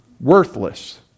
Worthless